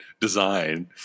design